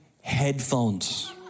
headphones